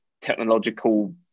technological